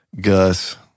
Gus